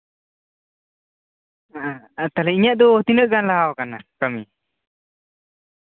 ᱦᱮᱸ ᱤᱧᱟᱹᱜ ᱫᱚ ᱛᱤᱱᱟᱹᱜ ᱜᱟᱱ ᱞᱟᱦᱟ ᱠᱟᱱᱟ ᱠᱟᱹᱢᱤ